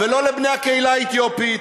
ולא לבני הקהילה האתיופית.